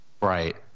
right